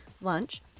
lunch